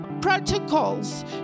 protocols